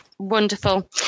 Wonderful